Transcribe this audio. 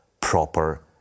proper